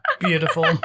Beautiful